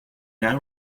now